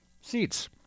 seats